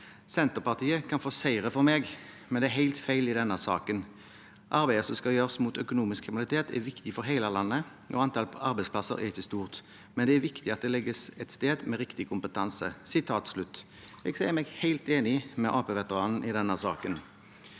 «Senterpartiet kan få seire for meg, men det er helt feil i denne saken. Arbeidet som skal gjøres mot økonomisk kriminalitet er viktig for hele landet og antallet arbeidsplasser er ikke stort, men det er viktig at det legges et sted med riktig kompetanse.» Jeg sier meg helt enig med Arbeiderparti-veteranen i denne saken.